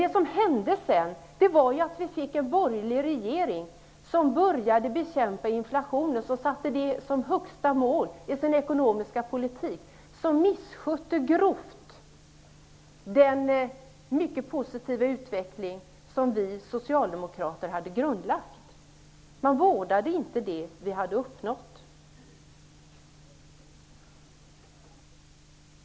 Det som sedan hände var att vi fick en borgerlig regering som satte upp som högsta mål för sin ekonomiska politik att bekämpa inflationen och som grovt misskötte den mycket positiva utveckling som vi socialdemokrater hade grundlagt. Man vårdade inte det som vi hade uppnått.